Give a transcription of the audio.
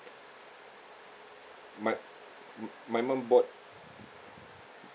my my mum bought